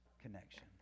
connection